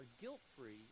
guilt-free